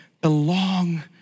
belong